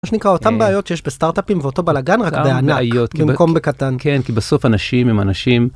מה שנקרא אותם בעיות שיש בסטארטאפים ואותו בלאגן רק בענק במקום בקטן כן כי בסוף אנשים הם אנשים.